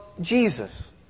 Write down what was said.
Jesus